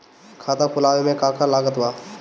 खाता खुलावे मे का का लागत बा?